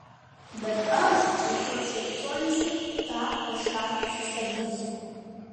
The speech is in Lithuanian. bet aš užuot žiopsojusi tą kažką sustabdysiu